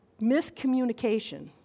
miscommunication